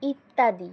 ইত্যাদি